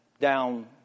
down